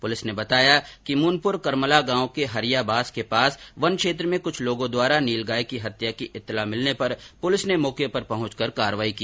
police ने बताया कि मूनपुर कर्मला गांव में हरिया बास के पास वन क्षेत्र में कुछ लोगों द्वारा नील गाय की हत्या की इत्तिला मिलने पर पुलिस ने मौके पर पहुंचकर कारवाई की